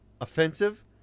offensive—